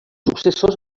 successors